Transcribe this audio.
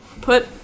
put